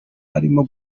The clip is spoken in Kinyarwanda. arimo